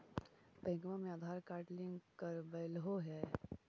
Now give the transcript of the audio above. बैंकवा मे Aadhaar card link करवैलहो है?